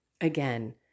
again